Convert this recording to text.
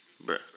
bro